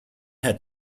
had